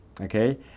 okay